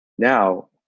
Now